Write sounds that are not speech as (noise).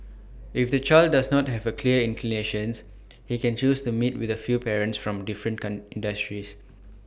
if the child does not have A clear inclinations he can choose to meet with A few parents from different (unintelligible) industries